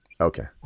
Okay